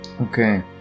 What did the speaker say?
Okay